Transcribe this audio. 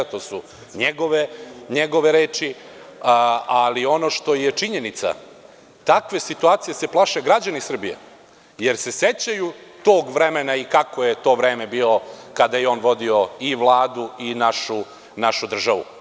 To su njegove reči, ali ono što je činjenica, takve situacije se plaše građani Srbije, jer se sećaju tog vremena i kako je to vreme bilo kada je on vodio i Vladu i našu državu.